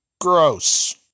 gross